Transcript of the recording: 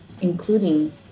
including